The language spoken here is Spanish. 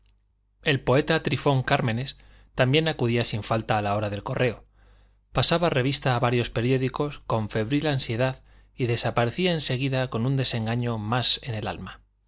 el poeta trifón cármenes también acudía sin falta a la hora del correo pasaba revista a varios periódicos con febril ansiedad y desaparecía en seguida con un desengaño más en el alma